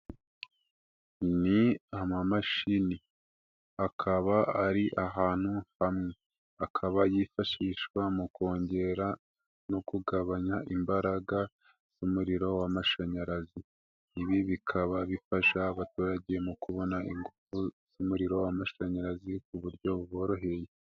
Ni amamashini akaba ari ahantu hamwe, akaba yifashishwa mu kongera no kugabanya imbaraga z'umuriro w'amashanyarazi, ibi bikaba bifasha abaturage mu kubona ingufu z'umuriro w'amashanyarazi ku buryo buboroheye.